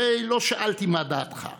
תודות לשר גלעד ארדן,